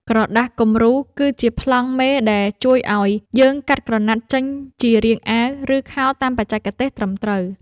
ក្រដាសគំរូ គឺជាប្លង់មេដែលជួយឱ្យយើងកាត់ក្រណាត់ចេញជារាងអាវ ឬខោតាមបច្ចេកទេសត្រឹមត្រូវ។